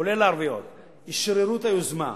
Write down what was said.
כולל הערביות, אשררו את היוזמה,